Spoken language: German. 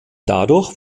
dadurch